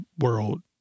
world